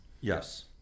Yes